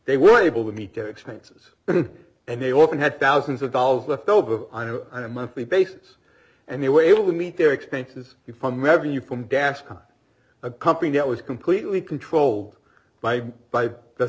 they were able to meet their expenses and they often had thousands of dollars left over and a monthly basis and they were able to meet their expenses you from having you from bascom a company that was completely controlled by by the